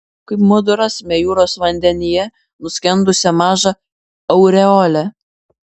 kaip mudu rasime jūros vandenyje nuskendusią mažą aureolę